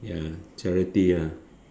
ya charity ah